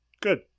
Good